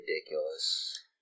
ridiculous